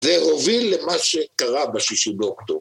זה הוביל למה שקרה בשישי באוקטובר.